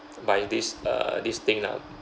by this uh this thing lah